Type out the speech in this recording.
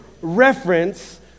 reference